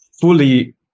fully